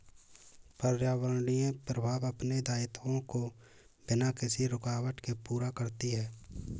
पर्यावरणीय प्रवाह अपने दायित्वों को बिना किसी रूकावट के पूरा करती है